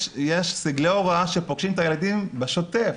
יש סגלי הוראה שפוגשים את הילדים בשוטף,